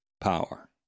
power